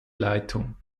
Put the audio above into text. leitung